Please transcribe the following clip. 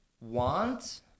want